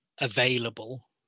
available